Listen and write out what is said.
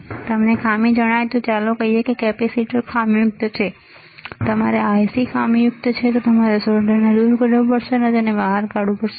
જો તમને ખામી જણાય તો ચાલો કહીએ કે કેપેસિટર ખામીયુક્ત છે તમારું IC ખામીયુક્ત છે તમારે તેને સોલ્ડર દૂર કરવું પડશે અને તમારે તેને બહાર કાઢવું પડશે